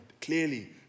clearly